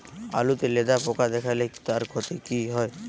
আলুতে লেদা পোকা দেখালে তার কি ক্ষতি হয়?